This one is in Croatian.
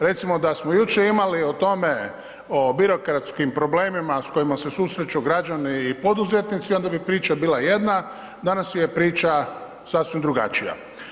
Recimo da smo jučer imali o tome, o birokratskim problemima s kojima se susreću građani i poduzetnici onda bi priča bila jedna, danas je priča sasvim drugačija.